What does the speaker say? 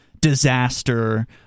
disaster